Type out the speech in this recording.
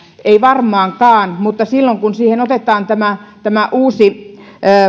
ei varmaankaan mutta silloin kun siihen otetaan tämä tämä uusi